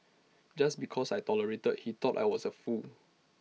just because I tolerated he thought I was A fool